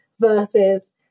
versus